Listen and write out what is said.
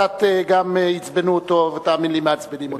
גם קצת עצבנו אותו, ותאמין לי, מעצבנים אותו.